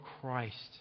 Christ